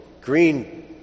green